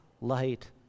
light